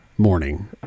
Morning